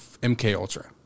MKUltra